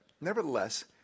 nevertheless